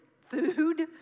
food